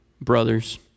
brothers